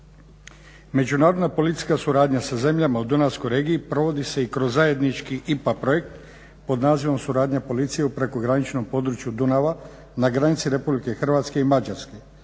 Međunarodna policijska suradnja sa zemljama u Dunavskoj regiji provodi se i kroz zajednički IPA projekt pod nazivom suradnja policije u prekograničnom području Dunava na granici RH i Mađarske.